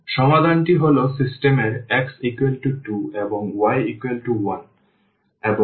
সুতরাং সমাধান টি হল সিস্টেম এর x 2এবং y 1